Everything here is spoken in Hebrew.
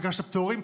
ביקשת פטורים.